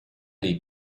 dei